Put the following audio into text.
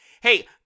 Hey